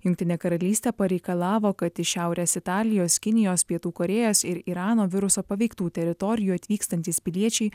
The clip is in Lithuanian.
jungtinė karalystė pareikalavo kad iš šiaurės italijos kinijos pietų korėjos ir irano viruso paveiktų teritorijų atvykstantys piliečiai